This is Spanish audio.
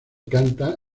canta